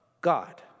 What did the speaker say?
God